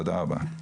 תודה רבה.